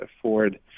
afford